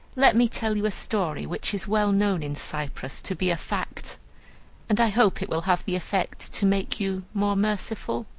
let me tell you a story, which is well known in cyprus to be a fact and i hope it will have the effect to make you more merciful.